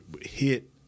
hit